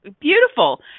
Beautiful